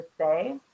say